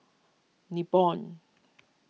Nibong